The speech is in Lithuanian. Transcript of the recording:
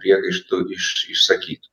priekaištų iš išsakytų